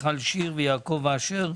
מיכל שיר ויעקב אשר.